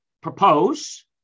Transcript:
propose